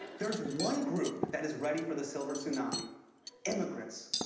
there's one group that is ready for the silver tsunami immigrants.